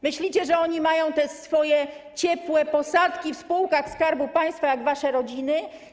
Myślicie, że oni mają te swoje ciepłe posadki w spółkach Skarbu Państwa, jak wasze rodziny?